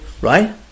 Right